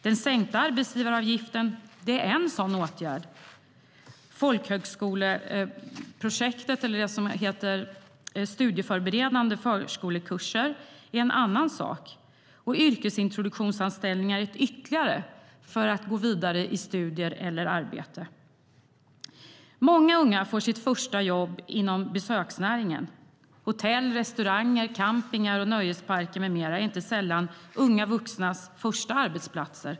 Den sänkta arbetsgivaravgiften är en sådan åtgärd, folkhögskoleprojektet, det som kallas studieförberedande folkhögskolekurser, är en annan. Yrkesintroduktionsanställning är ytterligare en åtgärd för att kunna gå vidare till studier eller arbete. Många unga får sitt första jobb inom besöksnäringen. Hotell, restauranger, campingar, nöjesparker med mera är inte sällan unga vuxnas första arbetsplatser.